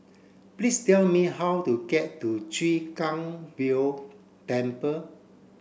please tell me how to get to Chwee Kang Beo Temple